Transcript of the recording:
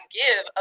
give